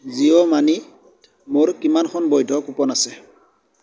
জিঅ' মানিত মোৰ কিমানখন বৈধ কুপন আছে